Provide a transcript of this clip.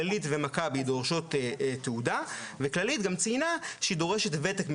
כללית ומכבי דורשות תעודה וכללית גם ציינה שהיא דורשת וותק מסוים.